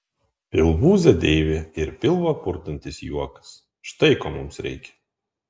pilvūzė deivė ir pilvą purtantis juokas štai ko mums reikia